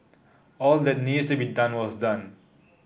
all that needs to be done was done